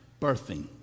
birthing